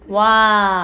mm